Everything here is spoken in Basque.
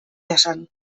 jasan